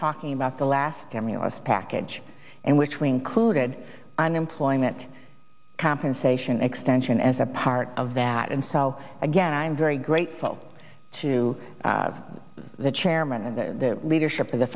talking about the last emulous package and which we included unemployment compensation extension as a part of that and so again i'm very grateful to the chairman and the leadership of the